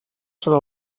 serà